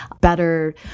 better